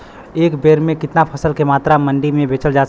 एक बेर में कितना फसल के मात्रा मंडी में बेच सकीला?